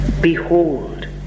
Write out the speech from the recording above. Behold